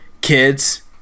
kids